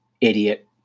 idiot